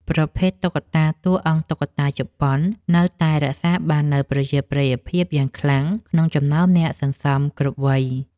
ប្រភេទ តុក្កតាតួអង្គតុក្កតាជប៉ុន នៅតែរក្សាបាននូវប្រជាប្រិយភាពយ៉ាងខ្លាំងក្នុងចំណោមអ្នកសន្សំគ្រប់វ័យ។